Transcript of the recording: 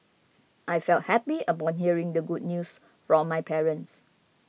I felt happy upon hearing the good news from my parents